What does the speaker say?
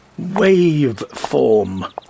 Waveform